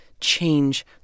change